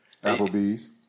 Applebee's